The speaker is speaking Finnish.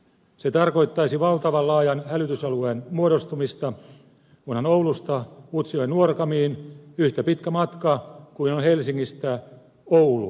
se tarkoittaisi valtavan laajan hälytysalueen muodostumista onhan oulusta utsjoen nuorgamiin yhtä pitkä matka kuin on helsingistä ouluun